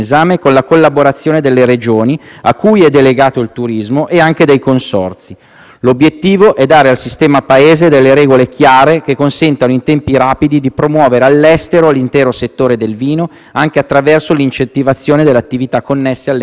anche dei consorzi. L'obiettivo è dare al sistema Paese delle regole chiare che consentano, in tempi rapidi, di promuovere all'estero l'intero settore del vino, anche attraverso l'incentivazione delle attività connesse all'enoturismo.